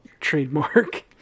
trademark